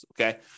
okay